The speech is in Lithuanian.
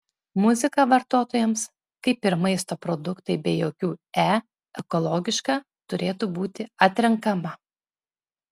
muzika vartotojams kaip ir maisto produktai be jokių e ekologiška turėtų būti atrenkama